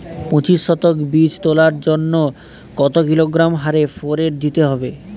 পঁচিশ শতক বীজ তলার জন্য কত কিলোগ্রাম হারে ফোরেট দিতে হবে?